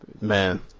man